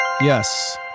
Yes